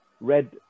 red